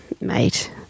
Mate